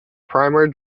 primer